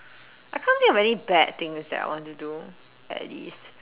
I can't think of any bad things that I want to do at least